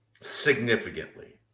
Significantly